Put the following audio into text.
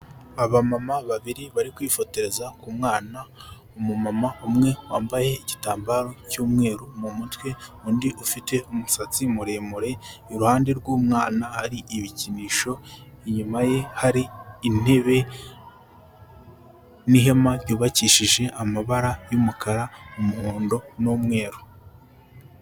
Abamama babiri bari kwifotoreza ku mwana, umumama umwe wambaye igitambaro cy'umweru mu mutwe, undi ufite umusatsi muremure, iruhande rw'umwana hari ibikinisho, inyuma ye hari intebe n'ihema ryubakishije amabara y'umukara, umuhondo n'umweru.